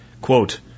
Quote